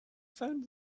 found